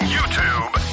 YouTube